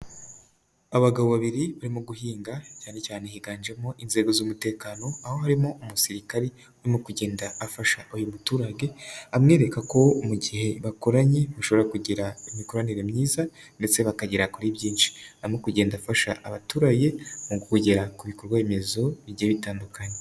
Abagabo babiri barimo mu guhinga cyane cyane higanjemo inzego z'umutekano, aho harimo umusirikare urimo kugenda afasha uyu muturage amwereka ko mu gihe bakoranye bashobora kugira imikoranire myiza ndetse bakagera kuri byinshi, arimo kugenda afasha abaturage mu kugera ku bikorwa remezo bigiye bitandukanye.